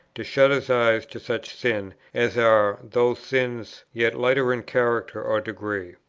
to shut his eyes to such sins, as are, though sins, yet lighter in character or degree.